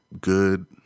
good